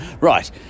Right